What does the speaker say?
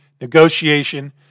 negotiation